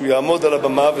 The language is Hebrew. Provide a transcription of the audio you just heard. שהוא יעמוד על הבמה,